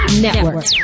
Network